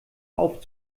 auf